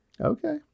Okay